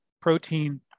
protein